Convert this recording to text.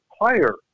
player